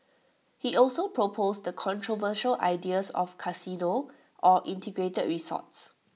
he also proposed the controversial ideas of casinos or integrated resorts